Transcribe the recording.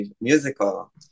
musical